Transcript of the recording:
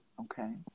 Okay